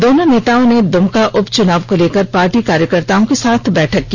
दोनों नेताओं ने द्मका उपच्चनाव को लेकर पार्टी कार्यकर्ताओं के साथ बैठक की